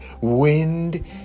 wind